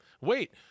Wait